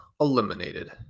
eliminated